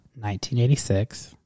1986